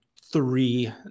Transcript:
three